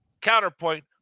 counterpoint